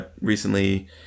recently